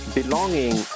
belonging